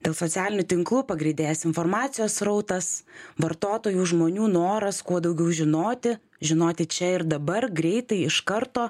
dėl socialinių tinklų pagreitėjęs informacijos srautas vartotojų žmonių noras kuo daugiau žinoti žinoti čia ir dabar greitai iš karto